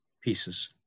pieces